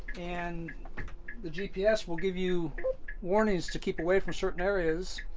and the gps will give you warnings to keep away from certain areas,